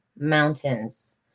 mountains